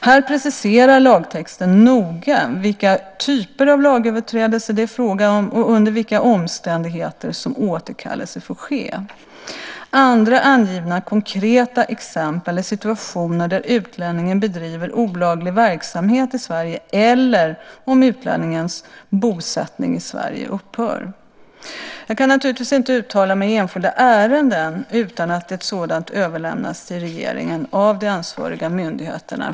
Här preciserar lagtexten noga vilka typer av lagöverträdelser det är fråga om och under vilka omständigheter som återkallelse får ske. Andra angivna konkreta exempel är situationer där utlänningen bedriver olaglig verksamhet i Sverige eller om utlänningens bosättning i Sverige upphör. Jag kan naturligtvis inte uttala mig i enskilda ärenden utan att ett sådant överlämnats till regeringen av de ansvariga myndigheterna.